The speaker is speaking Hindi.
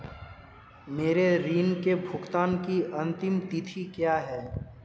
मेरे ऋण के भुगतान की अंतिम तिथि क्या है?